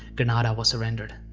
granada was surrendered.